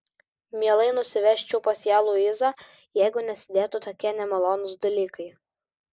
mielai nusivežčiau pas ją luizą jeigu nesidėtų tokie nemalonūs dalykai